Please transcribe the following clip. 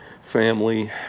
family